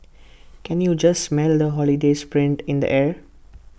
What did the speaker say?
can you just smell the holiday spirit in the air